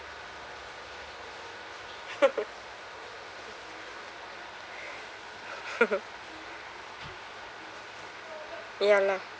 ya lah